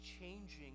changing